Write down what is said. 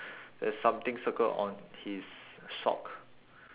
there's something circled on his sock